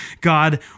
God